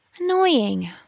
Annoying